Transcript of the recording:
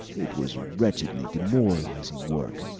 it was wretchedly demoralizing work.